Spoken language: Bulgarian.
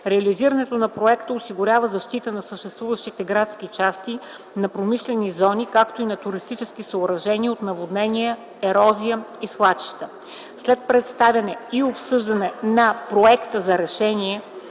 Реализирането на проекта осигурява защита на съществуващите градски части, на промишлени зони, както и на туристически съоръжения от наводнения, ерозии и свлачища. След представяне и обсъждане на проекта за решение